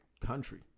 country